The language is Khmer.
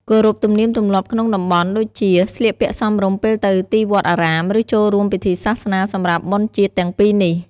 គោរពទំនៀមទម្លាប់ក្នុងតំបន់ដូចជា ស្លៀកពាក់សមរម្យពេលទៅទីវត្តអារាម ឬចូលរួមពិធីសាសនាសម្រាប់បុណ្យជាតិទាំងពីរនេះ ។